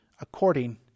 according